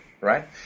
right